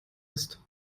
ist